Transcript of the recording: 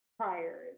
prior